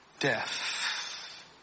Death